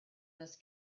this